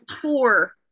tour